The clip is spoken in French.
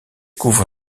couvre